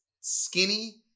skinny